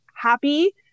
happy